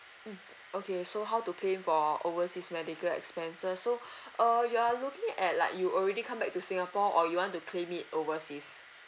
mm okay so how to claim for overseas medical expenses so uh you are looking at like you already come back to singapore or you want to claim it overseas